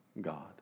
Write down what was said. God